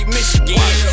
Michigan